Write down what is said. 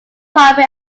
primary